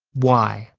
why?